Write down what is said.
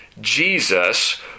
Jesus